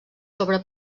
sobre